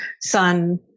son